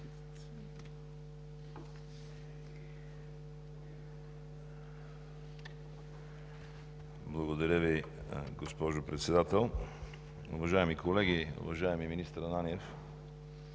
Благодаря Ви, госпожо Председател. Уважаеми колеги! Уважаеми министър Ананиев,